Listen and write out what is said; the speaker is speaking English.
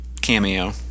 cameo